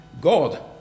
God